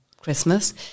Christmas